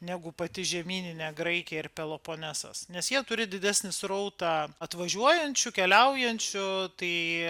negu pati žemyninė graikija ir peloponesas nes jie turi didesnį srautą atvažiuojančių keliaujančių tai